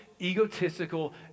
egotistical